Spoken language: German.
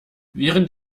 während